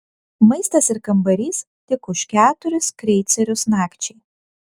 maistas ir kambarys tik už keturis kreicerius nakčiai